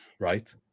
right